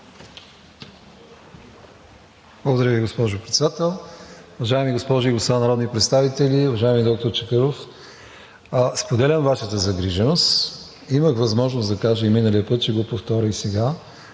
Благодаря Ви, госпожо Председател. Уважаеми госпожи и господа народни представители! Уважаеми доктор Чакъров, споделям Вашата загриженост. Имах възможност да кажа и миналия път, ще го повторя и сега.